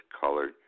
colored